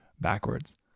backwards